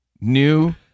new